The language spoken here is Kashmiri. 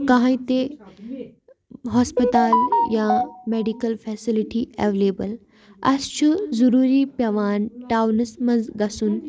کانٛہہ ہانۍ تہِ ہَسپتال یا میڈِکَل فیلَسٹی ایویلیبٕل اَسہِ چھُ ضٔروٗری پٮ۪وان ٹاونَس منٛز گژھُن